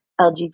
LGBT